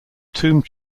tomb